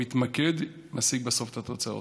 מתמקד ומשיג בסוף את התוצאות.